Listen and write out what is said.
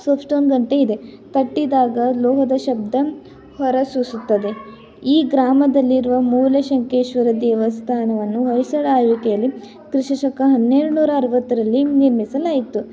soap stone ಗಂಟೆ ಇದೆ ತಟ್ಟಿದಾಗ ಲೋಹದ ಶಬ್ದ ಹೊರ ಸೂಸುತ್ತದೆ ಈ ಗ್ರಾಮದಲ್ಲಿರುವ ಮೂಲ ಶಂಕೇಶ್ವರ ದೇವಸ್ಥಾನವನ್ನು ಹೊಯ್ಸಳ ಆಳ್ವಿಕೆಯಲ್ಲಿ ಕ್ರಿಸ್ತಶಕ ಹನ್ನೆರಡು ನೂರ ಅರುವತ್ತರಲ್ಲಿ ನಿರ್ಮಿಸಲಾಯಿತು